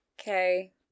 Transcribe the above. Okay